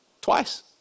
twice